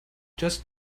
just